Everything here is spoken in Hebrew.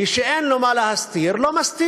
מי שאין לו מה להסתיר, לא מסתיר.